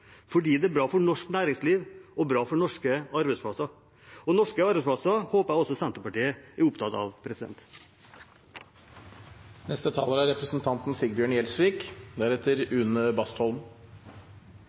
fordi det er bra for norsk næringsliv og bra for norske arbeidsplasser. Og norske arbeidsplasser håper jeg også Senterpartiet er opptatt av.